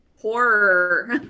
horror